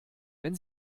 wenn